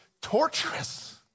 torturous